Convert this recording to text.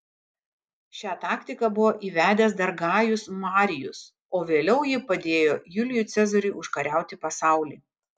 šią taktiką buvo įvedęs dar gajus marijus o vėliau ji padėjo julijui cezariui užkariauti pasaulį